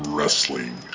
Wrestling